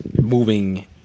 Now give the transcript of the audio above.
moving